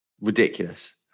ridiculous